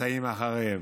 והצאצאים אחריהם.